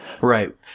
Right